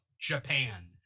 Japan